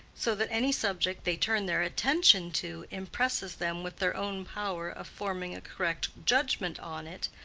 so that any subject they turn their attention to impresses them with their own power of forming a correct judgment on it,